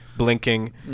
Blinking